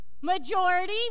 Majority